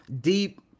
deep